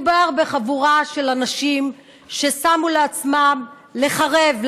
מדובר בחבורה של אנשים ששמו לעצמם לחרב,